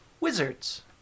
Wizards